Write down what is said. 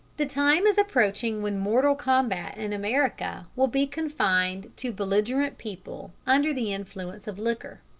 the time is approaching when mortal combat in america will be confined to belligerent people under the influence of liquor.